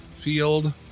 field